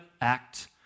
act